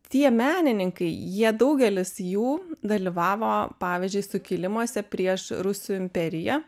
tie menininkai jie daugelis jų dalyvavo pavyzdžiui sukilimuose prieš rusų imperiją